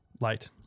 Light